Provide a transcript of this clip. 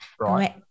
Right